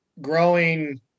growing